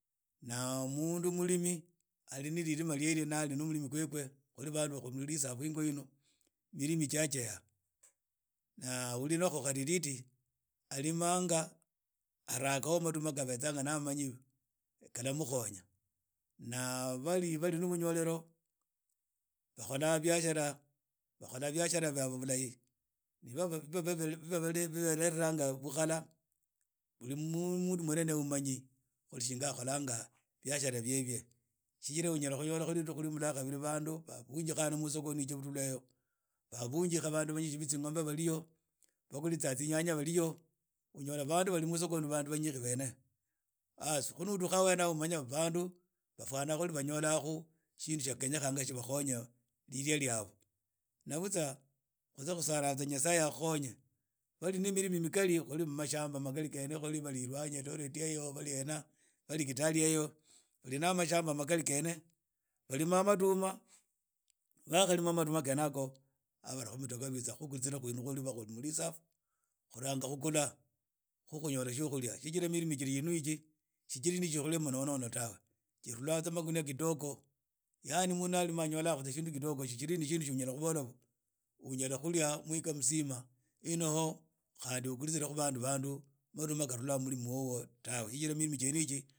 Na umulimi alimi lilima ryerye ni ali no mulimi khwekhwe khuli banu ba khuli ingo inu milimi jageha n ani uli nakho khatititi alimanga ho arhakha mutuma khabetsanga ni amanyi khalamukhonya na bali na bunyolelo bakhola biashala bakhola biashara byabo bulahi biba biba bibarheteranga bukhala hibi munu mwene ni wo umanyi uli sginga akholanga ya she shijira unyala khunyola banu bakhunjika banu musokoni icheptulu bakhulitsa tsinyanya bali ho unyola banu bari musokhoni banyinge bene baas khu ni uuka hene aho umanye bantu bafwana khuli bayola khu shinu khuli tsibakhonye lilia liabo na butsa khutse khusalanga tsa nyasaye akhukhonye bali na milimi mikhari bali elwanyi eyo bali eltoret bali ena bali kitale iyo bali na mashamba makhari khene balima matuma na bakhalima mauma khene yakho aagh barhakhu mumuoga btsakhu nakho mu reserve ma khunye khuli mu reserve khulanga khukhula khu khunyola tsiokhulia tsijira milimi tsiri inu yigi si jiri ne shikhulia munono tawe shtula tsa matuma kitokho yaani muntu na anyola shinti shitokho tsia muntu anayala khubola unyala khulia mwikha mutsima inoho khani ukhuritsirakhu bantu matuma kharhula mu mulimi khwokhwo tawe shijira milimi jene yiji.